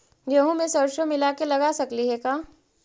गेहूं मे सरसों मिला के लगा सकली हे का?